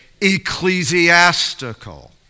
ecclesiastical